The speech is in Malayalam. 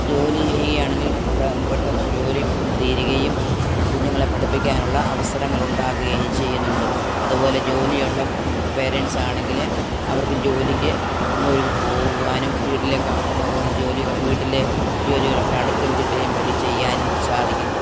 ജോലി ചെയ്യുകയാണെങ്കിൽ പെട്ടന്ന് തീരുകയും ആ കുഞ്ഞുങ്ങളെ പഠിപ്പിക്കാനുള്ള അവസരങ്ങൾ ഉണ്ടാകുകയും ചെയ്യുന്നുണ്ട് അതുപോലെ ജോലിയുള്ള പാരൻറ്റ്സാണെങ്കില് അവർക്ക് ജോലിക്ക് ഒരു പോകുവാനും വീട്ടിലെ കാ ജോലികൾ വീട്ടിലെ ജോലികളൊക്കെ അടുക്കും ചിട്ടയും വഴി ചെയ്യാനും സാധിക്കുന്നു